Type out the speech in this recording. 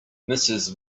mrs